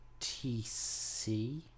TC